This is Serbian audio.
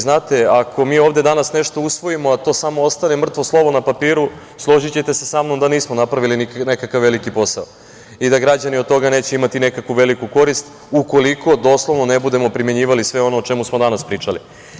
Znate, ako mi ovde danas nešto usvojimo, a to samo ostane mrtvo slovo na papiru, složićete se sa mnom da nismo napravili nekakav veliki posao i da građani od toga neće imati veliku korist ukoliko doslovno ne budemo primenjivali sve ono o čemu smo danas pričali.